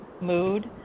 mood